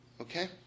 Okay